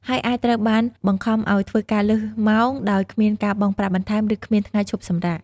ហើយអាចត្រូវបានបង្ខំឱ្យធ្វើការលើសម៉ោង ដោយគ្មានការបង់ប្រាក់បន្ថែម ឬគ្មានថ្ងៃឈប់សម្រាក។